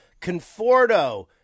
Conforto